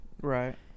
Right